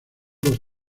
los